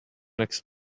next